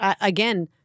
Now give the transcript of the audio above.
again